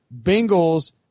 Bengals